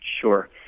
Sure